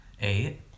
Eight